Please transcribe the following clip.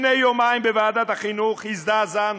לפני יומיים בוועדת החינוך הזדעזענו,